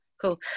Cool